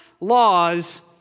laws